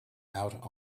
out